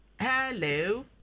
hello